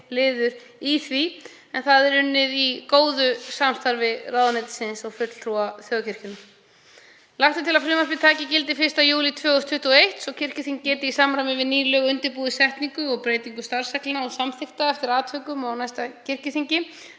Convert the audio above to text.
liður í því en það er unnið í góðu samstarfi ráðuneytisins og fulltrúa þjóðkirkjunnar. Lagt er til að frumvarpið taki gildi 1. júlí 2021 svo að kirkjuþing geti í samræmi við ný lög undirbúið setningu og breytingu starfsreglna og samþykkta eftir atvikum á næsta kirkjuþingi